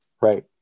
Right